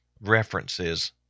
references